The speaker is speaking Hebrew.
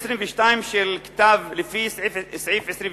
לפי סעיף 22